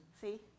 See